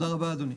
תודה רבה, אדוני.